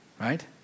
right